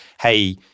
hey